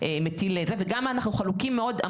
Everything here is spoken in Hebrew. וגם אנחנו חלוקים מאוד,